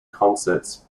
concerts